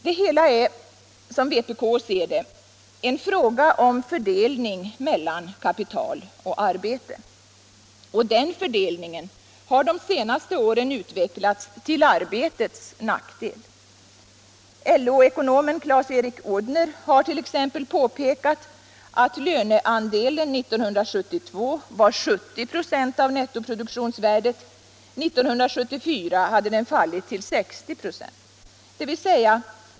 Det hela är som vpk ser det en fråga om fördelning mellan kapital och arbete. Och den fördelningen har de senaste åren utvecklats till arbetets nackdel. LO-ekonomen Clas-Erik Odhner har t.ex. påpekat att löneandelen 1972 var 70 26 av nettoproduktionsvärdet, 1974 hade den fallit till 60 96.